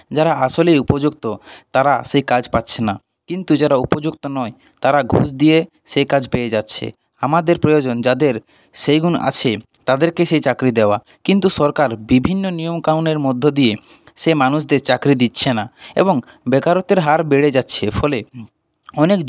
যারা আসলে উপযুক্ত তারা সেই কাজ পাচ্ছে না কিন্তু যারা উপযুক্ত নয় তারা ঘুষ দিয়ে সে কাজ পেয়ে যাচ্ছে আমাদের প্রয়োজন যাদের সেই গুণ আছে তাদেরকে সেই চাকরি দেওয়া কিন্তু সরকার বিভিন্ন নিয়মকানুনের মধ্য দিয়ে সেই মানুষদের চাকরি দিচ্ছে না এবং বেকারত্বের হার বেড়ে যাচ্ছে ফলে